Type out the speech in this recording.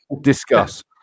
Discuss